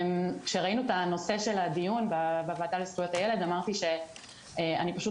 כשראינו את הנושא של הדיון בוועדה לזכויות הילד אמרתי שאני פשוט